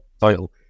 title